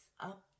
up